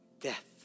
death